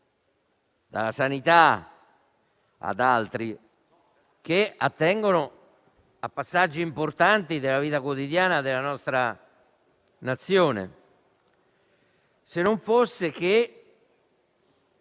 dalla sanità ad altri, che attengono a passaggi importanti della vita quotidiana della nostra Nazione; se non fosse che